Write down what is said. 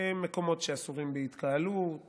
מקומות שהיו אסורים בהתקהלות